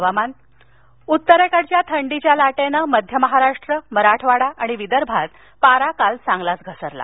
हवामान् उत्तरेकडील थंडीच्या लाटेनं मध्य महाराष्ट्र मराठवाडा आणि विदर्भात पारा काल चांगलाच घसरला